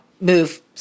move